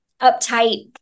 uptight